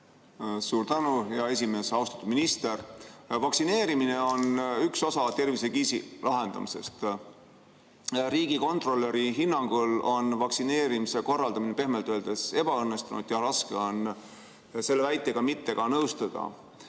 Suur tänu, hea esimees! Austatud minister! Vaktsineerimine on üks osa tervisekriisi lahendamisest. Riigikontrolöri hinnangul on vaktsineerimise korraldamine pehmelt öeldes ebaõnnestunud ja raske on selle väitega mitte nõustuda.